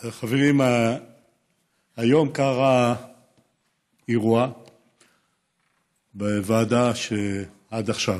חברים, היום קרה אירוע בוועדה שעד עכשיו